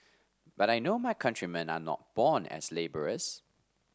but I know my countrymen are not born as labourers